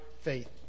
faith